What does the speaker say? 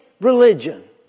religion